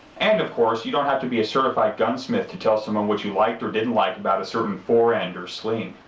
and of course, you don't have to be a certified gunsmith to tell someone what you liked or didn't like about a certain fore-end or sling.